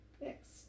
Next